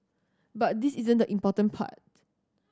but this isn't the important part